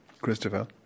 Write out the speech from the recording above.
Christopher